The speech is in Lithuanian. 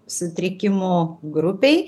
sutrikimo grupei